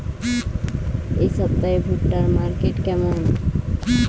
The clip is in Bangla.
এই সপ্তাহে ভুট্টার মার্কেট কেমন?